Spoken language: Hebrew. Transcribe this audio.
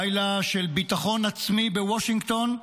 לילה של ביטחון עצמי בוושינגטון,